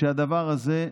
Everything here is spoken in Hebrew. שהדבר הזה,